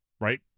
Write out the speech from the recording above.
right